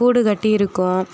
கூடு கட்டி இருக்கும்